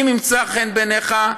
אם ימצא חן בעיניך,